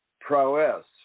prowess